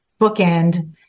bookend